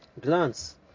glance